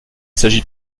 s’agit